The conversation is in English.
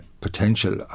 potential